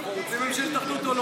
מיקי, אנחנו רוצים ממשלת אחדות או לא?